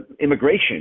immigration